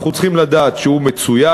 אנחנו צריכים לדעת שהוא מצויד,